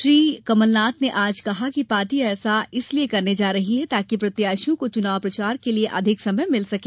श्री कमलनाथ ने आज कहा कि पार्टी ऐसा इसीलिए करने जा रही है ताकि प्रत्याशियों को चुनाव प्रचार के लिए अधिक समय मिल सके